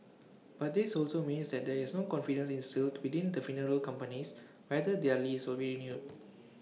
but this also means that there is no confidence instilled within the funeral companies whether their lease will be renewed